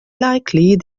likely